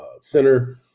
center